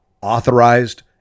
authorized